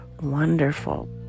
wonderful